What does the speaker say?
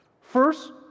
first